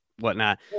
whatnot